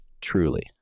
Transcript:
truly